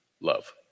love